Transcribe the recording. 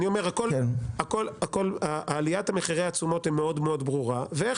אני אומר שעליית מחירי התשומות היא מאוד מאוד ברורה ואיך